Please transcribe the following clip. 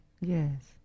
Yes